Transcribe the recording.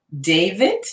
David